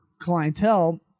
clientele